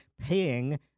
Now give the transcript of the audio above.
paying